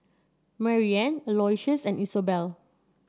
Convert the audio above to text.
Maryanne Aloysius and Isobel